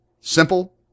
Simple